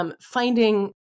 Finding